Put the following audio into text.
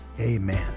Amen